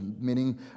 Meaning